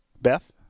Beth